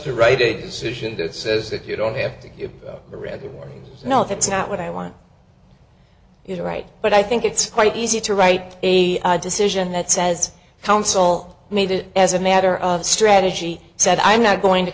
to write a decision that says if you don't hear the read you know if it's not what i want you to write but i think it's quite easy to write a decision that says counsel made it as a matter of strategy said i'm not going to